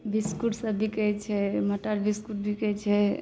बिसकुटसब बिकै छै मटर बिसकुट बिकै छै